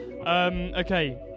Okay